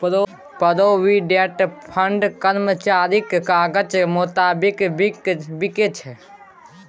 provident fund कर्मचारीक काजक मोताबिक बिकै छै